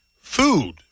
food